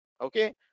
okay